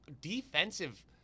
defensive